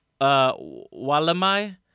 Walamai